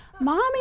mommy